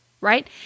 Right